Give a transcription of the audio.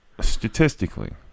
Statistically